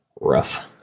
Rough